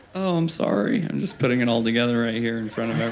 um sorry. i'm just putting it all together right here in front of